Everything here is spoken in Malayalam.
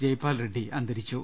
ജയ്പാൽ റെഡ്ഡി അന്തരിച്ചു